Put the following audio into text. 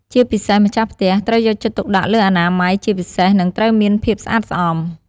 ជាពិសេសម្ចាស់ផ្ទះត្រូវយកចិត្តទុកដាក់លើអនាម័យជាពិសេស និងត្រូវមានភាពស្អាតស្អំ។